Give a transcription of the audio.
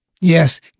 Yes